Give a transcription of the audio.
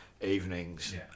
evenings